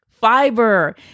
fiber